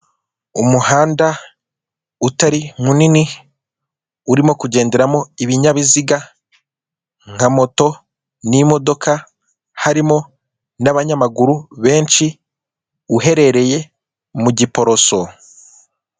Umuhanda utari munini urimo kugenderamo ibinyabiziga nka moto n'imodoka harimo n'abanyamaguru benshi uherereye mugiporoso.